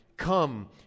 Come